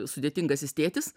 sudėtingasis tėtis